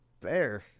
fair